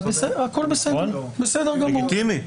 לגיטימי.